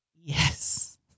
Yes